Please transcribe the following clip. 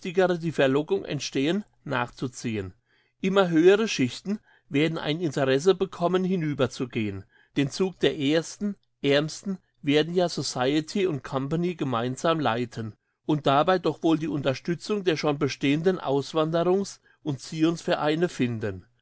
die verlockung entstehen nachzuziehen immer höhere schichten werden ein interesse bekommen hinüberzugehen den zug der ersten aermsten werden ja society und company gemeinsam leiten und dabei doch wohl die unterstützung der schon bestehenden auswanderungs und zionsvereine finden